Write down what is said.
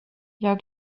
jag